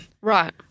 Right